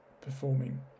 performing